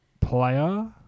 player